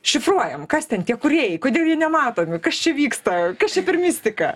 šifruojam kas ten tie kūrėjai kodėl jie nematomi kas čia vyksta kas čia per mistika